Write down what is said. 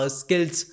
skills